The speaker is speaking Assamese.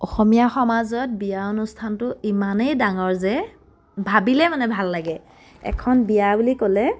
অসমীয়া সমাজত বিয়া অনুষ্ঠানটো ইমানেই ডাঙৰ যে ভাবিলে মানে ভাল লাগে এখন বিয়া বুলি ক'লে